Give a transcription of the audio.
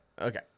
Okay